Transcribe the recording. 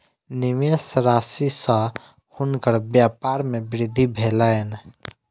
निवेश राशि सॅ हुनकर व्यपार मे वृद्धि भेलैन